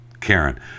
Karen